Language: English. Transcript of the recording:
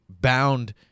bound